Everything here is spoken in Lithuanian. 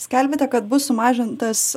skelbiate kad bus sumažintas